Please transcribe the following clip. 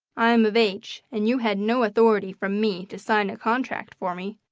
i am of age, and you had no authority from me to sign a contract for me.